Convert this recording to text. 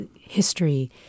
history